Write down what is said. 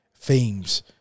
themes